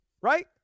right